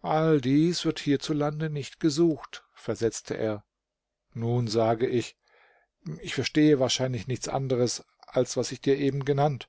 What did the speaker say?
alles dies wird hierzulande nicht gesucht versetzte er nun sage ich ich verstehe wahrscheinlich nichts anderes als was ich dir eben genannt